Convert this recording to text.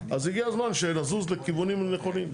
אז הגיע הזמן שנזוז לכיוונים נכונים.